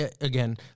Again